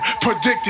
predicted